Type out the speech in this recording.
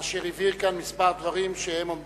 אשר הבהיר כאן כמה דברים שעומדים